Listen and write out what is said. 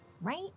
right